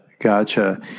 Gotcha